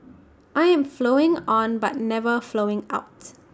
I am flowing on but never flowing out